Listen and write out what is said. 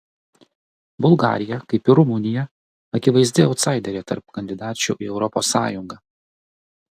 bulgarija kaip ir rumunija akivaizdi autsaiderė tarp kandidačių į europos sąjungą